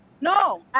No